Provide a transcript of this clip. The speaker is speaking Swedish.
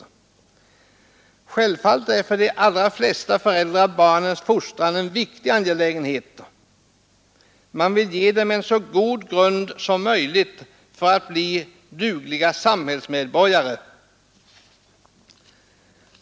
Självfallet är för de allra flesta föräldrar barnens fostran en viktig angelägenhet. Man vill ge dem en så god grund som möjligt för att bli dugliga sam hällsmedborgare.